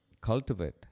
cultivate